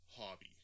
hobby